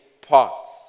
parts